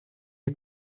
est